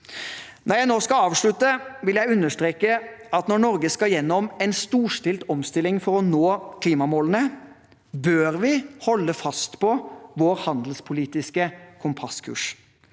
Når jeg nå skal avslutte, vil jeg understreke at når Norge skal gjennom en storstilt omstilling for å nå klimamålene, bør vi vi holde fast på vår handelspolitiske kompasskurs.